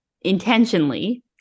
intentionally